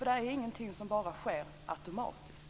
Det är ingenting som sker automatiskt.